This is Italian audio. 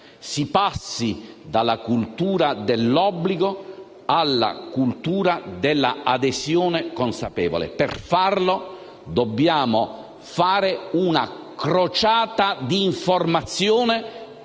Si passi dalla cultura dell'obbligo alla cultura dell'adesione consapevole. Per farlo dobbiamo fare una crociata di informazione